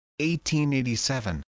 1887